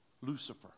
Lucifer